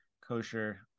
kosher